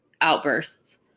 outbursts